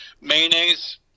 mayonnaise